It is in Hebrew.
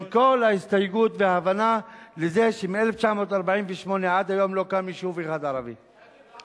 עם כל ההסתייגות וההבנה שמ-1948 עד היום לא קם יישוב ערבי אחד.